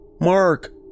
Mark